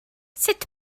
sut